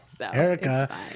Erica